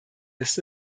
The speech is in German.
ist